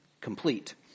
complete